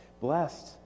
Blessed